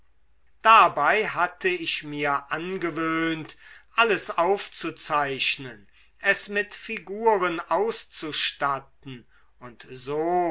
dabei hatte ich mir angewöhnt alles aufzuzeichnen es mit figuren auszustatten und so